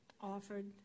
offered